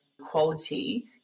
quality